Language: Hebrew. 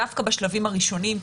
דווקא בשלבים הראשונים,